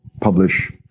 publish